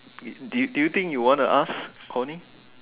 do do you think you want to ask Coney